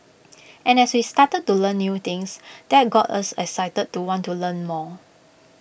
and as we started to learn new things that got us excited to want to learn more